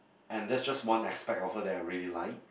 and that's just one aspect of her that I really like